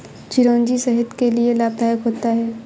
चिरौंजी सेहत के लिए लाभदायक होता है